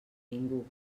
ningú